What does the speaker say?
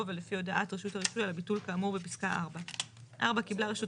ולפי הודעת רשות הרישוי על הביטול כאמור בפסקה 4. 4. קיבלה רשות